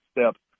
steps